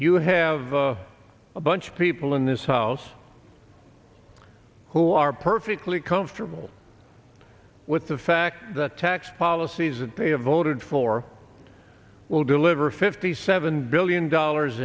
you have a bunch of people in this house who are perfectly comfortable with the fact that tax policies and pay have voted for will deliver fifty seven billion dollars